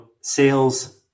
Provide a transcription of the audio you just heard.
sales